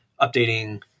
updating